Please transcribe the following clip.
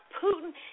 Putin